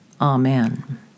Amen